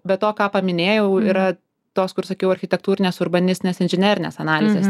be to ką paminėjau yra tos kur sakiau architektūrinės urbanistinės inžinerinės analizės